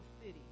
city